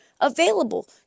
available